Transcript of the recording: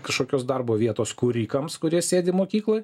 kažkokios darbo vietos kūrikams kurie sėdi mokykloj